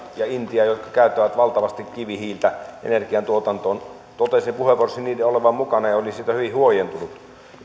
jotka käyttävät valtavasti kivihiiltä energiantuotantoon ovat mukana totesin puheenvuorossani niiden olevan mukana ja olen siitä hyvin huojentunut